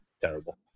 terrible